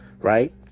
right